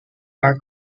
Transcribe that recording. are